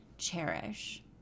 Cherish